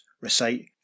recite